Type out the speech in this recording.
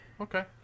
Okay